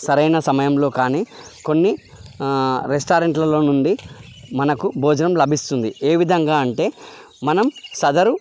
సరైన సమయంలో కానీ కొన్ని రెస్టారెంట్లల్లో నుండి మనకు భోజనం లభిస్తుంది ఏ విధంగా అంటే మనం సదరు